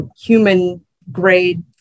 human-grade